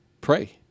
pray